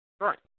Right